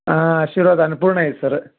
ಹಾಂ ಆಶಿರ್ವಾದ್ ಅನ್ನಪೂರ್ಣ ಐತೆ ಸರ